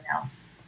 else